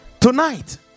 Tonight